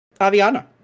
Aviana